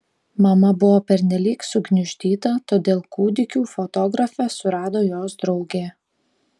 mama buvo pernelyg sugniuždyta todėl kūdikių fotografę surado jos draugė